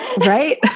right